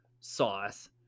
sauce